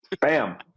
Bam